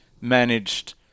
managed